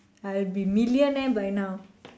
I will be millionaire by now